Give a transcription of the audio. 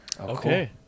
okay